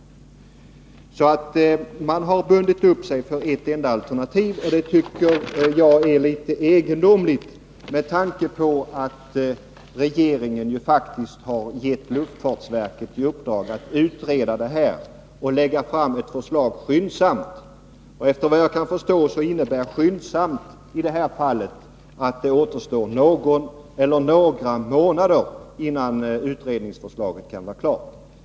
Man har alltså bundit upp sig för ett enda alternativ. Och det tycker jag är egendomligt, med tanke på att regeringen har gett luftfartsverket i uppdrag att utreda frågan och lägga fram ett förslag skyndsamt. Efter vad jag kan förstå innebär ”skyndsamt” i det här fallet att det återstår någon eller några månader innan utredningsförslaget kan vara klart.